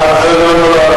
לא, לא.